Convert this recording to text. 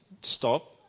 stop